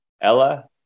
Ella